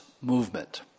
Movement